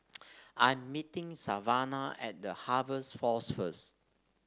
I'm meeting Savana at The Harvest Force first